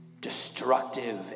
destructive